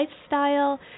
lifestyle